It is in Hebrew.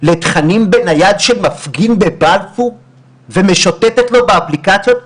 לתכנים של מפגין בבלפור ומשוטטת לו באפליקציות?